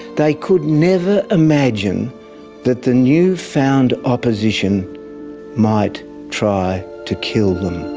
they could never imagine that the new-found opposition might try to kill them.